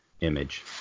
image